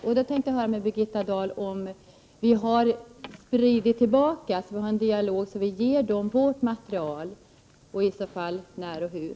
Jag vill därför höra med Birgitta Dahl om vi har en sådan dialog att vi kan ge dem vårt material, och i så fall när och hur.